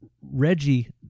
Reggie